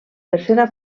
tercera